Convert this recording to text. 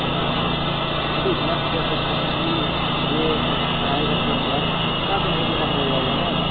अच्छा इतना तो कर सकते हैं कि जो आएगा प्लंबर उसका तो नहीं देना पड़े जाएगा न